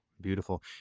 beautiful